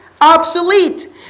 obsolete